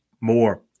more